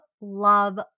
love